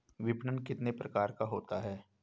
विपणन कितने प्रकार का होता है?